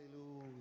Hallelujah